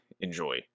enjoy